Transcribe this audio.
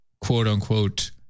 quote-unquote